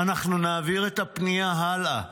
אנחנו נעביר את הפנייה הלאה,